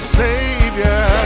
savior